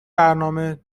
برنامه